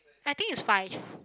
I think it's five